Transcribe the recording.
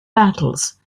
battles